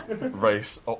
race